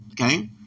Okay